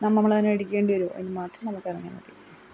നമ്മൾ തന്നെ എടുക്കേണ്ടി വരുമോ അത് മാത്രം നമുക്കറിഞ്ഞാൽ മതി